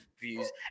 views